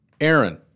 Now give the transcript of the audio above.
Aaron